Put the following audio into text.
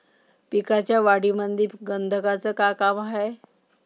पिकाच्या वाढीमंदी गंधकाचं का काम हाये?